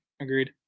agreed